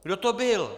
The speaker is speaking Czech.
Kdo to byl?